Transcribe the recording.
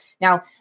Now